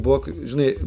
buvo žinai